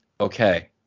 okay